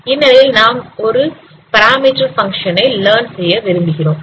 இந்நிலையில் நாம் ஒரு பராமீட்டர் ஃபங்ஷன் ஐ லர்ன் செய்ய விரும்புகிறோம்